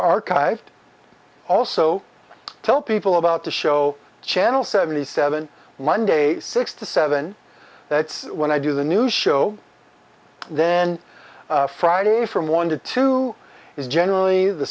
archived also tell people about the show channel seventy seven monday six to seven that's when i do the new show then friday from one to two is generally the